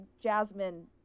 jasmine